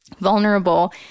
vulnerable